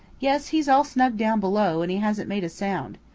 yes he's all snug down below, and he hasn't made a sound.